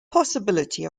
possibility